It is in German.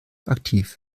aktiv